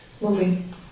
moving